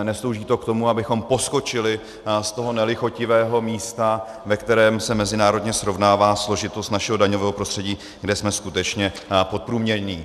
Neslouží to k tomu, abychom poskočili z toho nelichotivého místa, ve kterém se mezinárodně srovnává složitost našeho daňového prostředí, kde jsme skutečně podprůměrní.